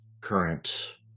current